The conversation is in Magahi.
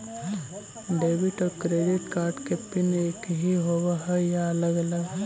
डेबिट और क्रेडिट कार्ड के पिन एकही होव हइ या अलग अलग?